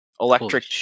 electric